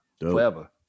Forever